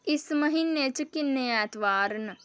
इस महीने च किन्ने ऐतबार न